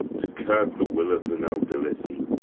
to curb the will of the nobility